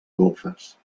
golfes